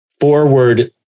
forward